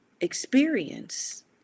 experience